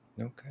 Okay